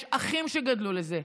יש אחים שגדלו לזה,